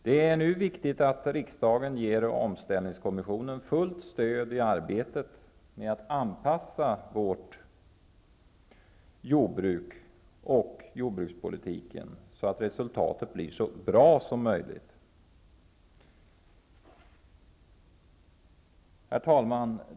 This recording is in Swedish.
Det är viktigt att riksdagen ger omställningskommissionen fullt stöd i dess arbete med att anpassa svenskt jordbruk och svensk jordbrukspolitik så, att resultatet blir så bra som möjligt. Herr talman!